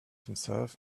himself